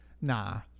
Nah